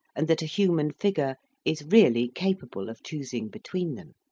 and that a human figure is really capable of choosing between them.